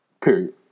Period